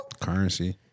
Currency